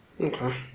Okay